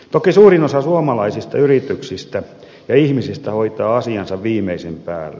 toki suurin osa suomalaisista yrityksistä ja ihmisistä hoitaa asiansa viimeisen päälle